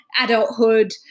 Adulthood